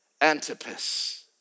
Antipas